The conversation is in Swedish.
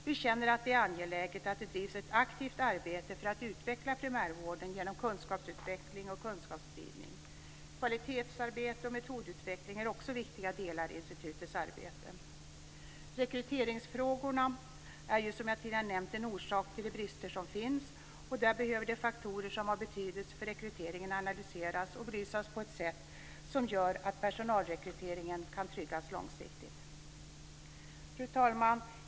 Vi känner att det är angeläget att det drivs ett aktivt arbete för att utveckla primärvården genom kunskapsutveckling och kunskapsspridning. Också kvalitetsarbete och metodutveckling är viktiga delar i institutets arbete. Rekryteringsfrågorna är, som jag tidigare nämnt, en orsak till de brister som finns, och de faktorer som har betydelse för rekryteringen behöver analyseras och belysas på ett sätt som gör att personalrekryteringen kan tryggas långsiktigt. Fru talman!